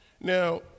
Now